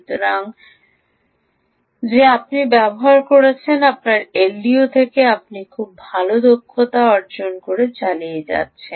সুতরাং আপনি এলডিও থেকে যে ব্যবহার করেছেন আপনি খুব ভাল দক্ষতা অর্জন করতে চালিয়ে যাচ্ছেন